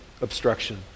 obstruction